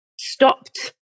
stopped